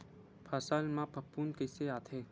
फसल मा फफूंद कइसे आथे?